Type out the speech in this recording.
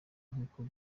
nkuko